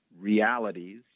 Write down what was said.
realities